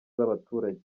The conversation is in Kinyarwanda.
z’abaturage